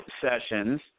Sessions